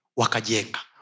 wakajenga